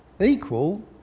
equal